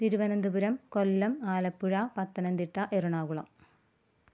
Thiruvananthapuram Kollam Alappuzha Pathanamthitta Ernakulam